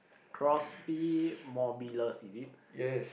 CrossFit Mobilus is it